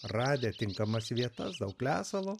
radę tinkamas vietas daug lesalo